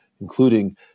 including